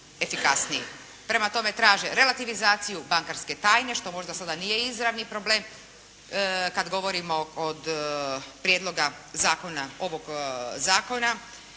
efikasniji. Prema tome, traže relativizaciju bankarske tajne, što možda sada nije izravni problem kada govorimo od prijedloga zakona,